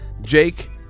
Jake